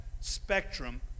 spectrum